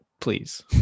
please